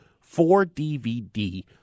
four-DVD